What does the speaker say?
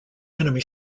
enemy